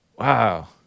Wow